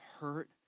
hurt